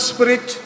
Spirit